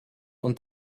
und